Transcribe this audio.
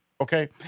Okay